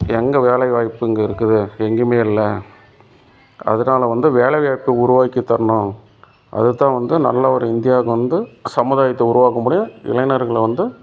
எங்கே வேலைவாய்ப்பு இங்கே இருக்குது எங்கேயுமே இல்லை அதனால வந்து வேலைவாய்ப்பு உருவாக்கி தரணும் அதை தான் வந்து நல்ல ஒரு இந்தியாவுக்கு வந்து சமுதாயத்தை உருவாக்க முடியும் இளைனர்களை வந்து